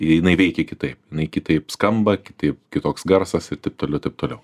jinai veikia kitaip jinai kitaip skamba kitaip kitoks garsas ir taip toliau ir taip toliau